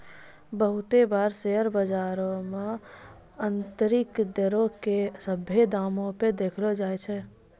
बहुते बार शेयर बजारो मे आन्तरिक दरो के सभ्भे दामो पे देखैलो जाय छै